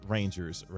Rangers